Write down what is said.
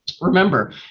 Remember